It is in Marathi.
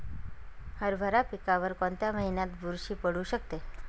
हरभरा पिकावर कोणत्या महिन्यात बुरशी पडू शकते?